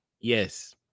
Yes